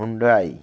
Hyundai